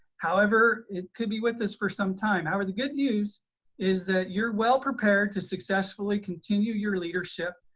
however, it could be with us for some time. however, the good news is that you're well prepared to successfully continue your leadership,